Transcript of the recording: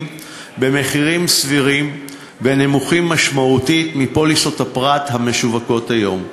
במחירים סבירים ונמוכים משמעותית מפוליסות הפרט המשווקות היום.